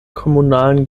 kommunalen